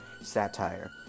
satire